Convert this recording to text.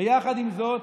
ויחד עם זאת,